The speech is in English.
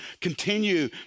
continue